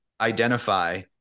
identify